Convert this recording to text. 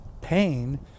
pain